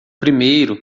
primeiro